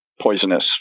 poisonous